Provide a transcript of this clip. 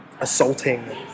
assaulting